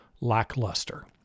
lackluster